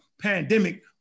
pandemic